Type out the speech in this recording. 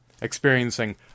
experiencing